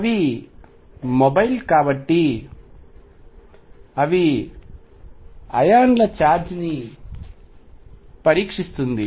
అవి మొబైల్ కాబట్టి అవి అయాన్ల ఛార్జ్ ని పరీక్షిస్తుంది